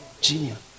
genius